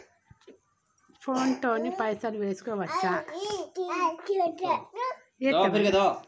Phone తోని పైసలు వేసుకోవచ్చా?